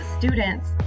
Students